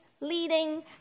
leading